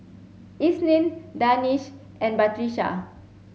Isnin Danish and Batrisya